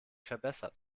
verbessert